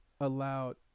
allowed